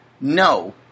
no